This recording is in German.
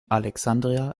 alexandria